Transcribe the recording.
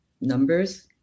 Numbers